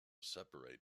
separate